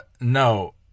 No